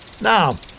Now